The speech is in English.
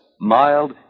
Mild